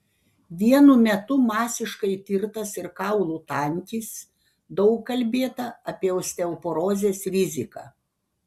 vienu metu masiškai tirtas ir kaulų tankis daug kalbėta apie osteoporozės riziką